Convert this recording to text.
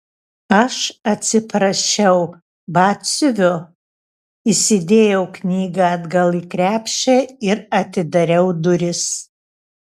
aš atsiprašiau batsiuvio įsidėjau knygą atgal į krepšį ir atidariau duris